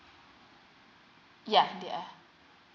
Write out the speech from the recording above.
yeah they are